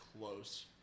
close